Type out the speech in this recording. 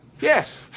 Yes